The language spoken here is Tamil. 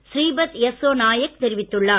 ஸ்ரீபத் யஸ்ஸோ நாயக் தெரிவித்துள்ளார்